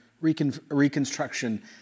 reconstruction